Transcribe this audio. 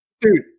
Dude